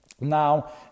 Now